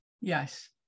Yes